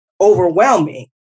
overwhelming